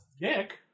Nick